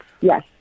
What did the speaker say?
yes